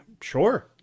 Sure